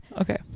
Okay